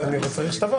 אני רוצה לתת